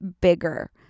bigger